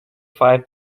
five